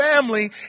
family